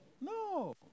No